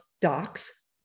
docs